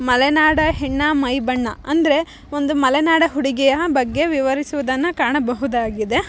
ಮಲೆನಾಡ ಹೆಣ್ಣ ಮೈಬಣ್ಣ ಅಂದರೆ ಒಂದು ಮಲೆನಾಡ ಹುಡುಗಿಯ ಬಗ್ಗೆ ವಿವರಿಸುವುದನ್ನು ಕಾಣಬಹುದಾಗಿದೆ